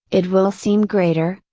it will seem greater,